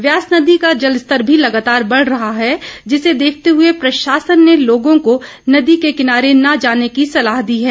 ब्यास नदी का जल स्तर भी लगातार बढ़ रहा है जिसे देखते हुए प्रशासन ने लोगों को नदी के किनारे के न जाने की सलाह दी है